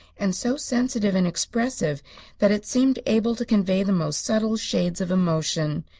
and so sensitive and expressive that it seemed able to convey the most subtle shades of emotion.